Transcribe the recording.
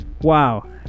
wow